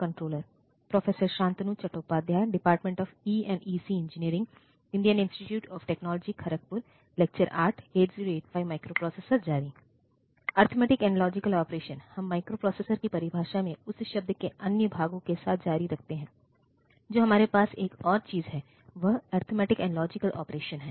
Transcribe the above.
arithmetic and logical operations हम microprocessor की परिभाषा में उस शब्द के अन्य भाग के साथ जारी रखते हैं जो हमारे पास एक और चीज है वह अरिथमेटिक एंड लॉजिकल ऑपरेशन्स है